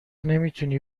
نمیتونی